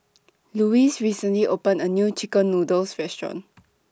Lewis recently opened A New Chicken Noodles Restaurant